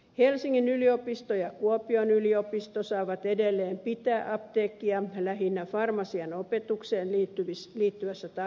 helsingin yliopisto ja kuopion yliopisto saavat edelleen pitää apteekkia lähinnä farmasian opetukseen liittyvässä tarkoituksessa